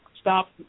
stop